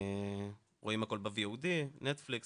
רואים הכל ב-VOD, נטפליקס